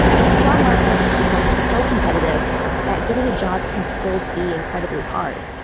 but the job market has become so competitive that getting a job can still be incredibly hard.